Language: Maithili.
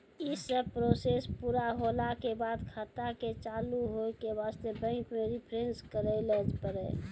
यी सब प्रोसेस पुरा होला के बाद खाता के चालू हो के वास्ते बैंक मे रिफ्रेश करैला पड़ी?